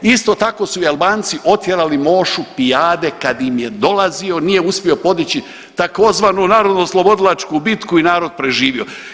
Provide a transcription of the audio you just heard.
Isto tako su i Albanci otjerali Mošu Pijade kad im je dolazio, nije uspio podići tzv. narodnooslobodilačku bitku i narod preživio.